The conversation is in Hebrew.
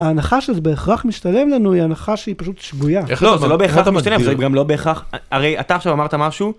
‫ההנחה שזה בהכרח משתלם לנו, ‫היא הנחה שהיא פשוט שגויה. ‫לא, זה לא בהכרח משתלם, ‫זה גם לא בהכרח... ‫הרי אתה עכשיו אמרת משהו...